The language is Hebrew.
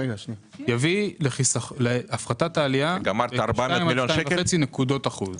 יביא להפחתת העלייה ב-2 עד 2.5 נקודות אחוז.